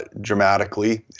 dramatically